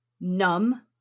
numb